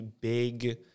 big